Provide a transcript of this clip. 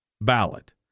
ballot